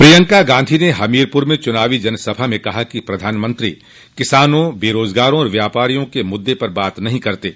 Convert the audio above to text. प्रियंका गांधी ने हमीरपुर में चुनावी जनसभा में कहा कि प्रधानमंत्री किसानों बेरोजगारों और व्यापारियों के मुद्दे पर बात नहीं करते हैं